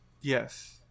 Yes